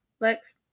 Lex